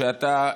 שאתה,